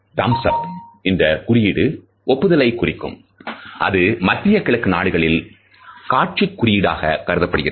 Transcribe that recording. thumbs up இன்று குறியீடு ஒப்புதலை குறிக்கும் அது மத்திய கிழக்கு நாடுகளில் காட்சிப் குறியீடாககருதப்படுகிறது